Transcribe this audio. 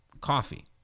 coffee